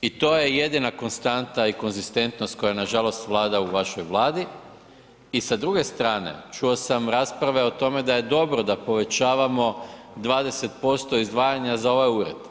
I to je jedina konstanta i konzistentnost koja nažalost vlada u vašoj Vladi i sa druge strane, čuo sam rasprave o tome da je dobro da povećavamo 20% izdvajanja za ovaj ured.